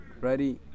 ready